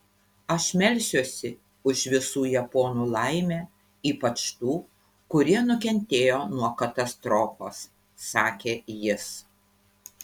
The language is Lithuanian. aš melsiuosi už visų japonų laimę ypač tų kurie nukentėjo nuo katastrofos sakė jis